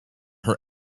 her